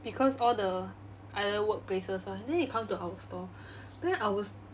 because all the other workplaces [one] then you come to our store then our s~